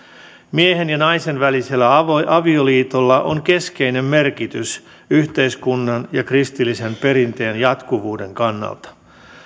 miehen ja naisen välisellä avioliitolla on keskeinen merkitys yhteiskunnan ja kristillisen perinteen jatkuvuuden kannalta